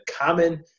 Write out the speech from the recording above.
common